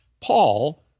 Paul